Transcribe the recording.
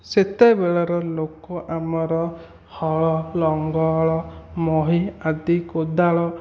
ସେତେବେଳେର ଲୋକ ଆମର ହଳ ଲଙ୍ଗଳ ମହୀ ଆଦି କୋଦାଳ